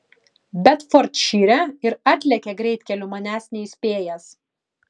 bedfordšyre ir atlėkė greitkeliu manęs neįspėjęs